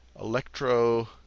Electro